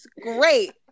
great